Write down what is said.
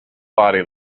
body